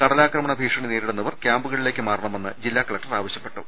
കടലാ ക്രമണ ഭീഷണി നേരിടുന്നവർ ക്യാമ്പുകളിലേയ്ക്ക് മാറ ണമെന്ന് ജില്ലാകലക്ടർ ആവശ്യപ്പെട്ടു